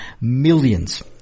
millions